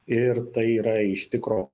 ir tai yra iš tikro